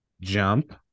jump